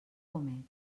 com